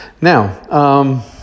Now